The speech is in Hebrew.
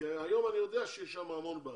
כי היום אני יודע שיש שם המון בעיות.